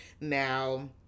now